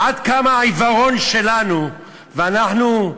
עד כמה העיוורון שלנו, ואנחנו,